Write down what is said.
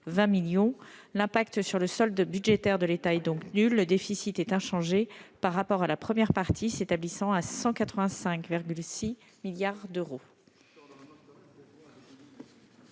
L'impact sur le solde budgétaire de l'État est ainsi nul : le déficit est inchangé par rapport à la première partie s'établissant à 185,6 milliards d'euros.